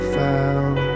found